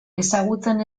ezagutzen